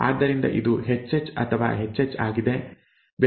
ಆದ್ದರಿಂದ ಇದು Hh ಅಥವಾ HH ಆಗಿದೆ